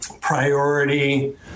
priority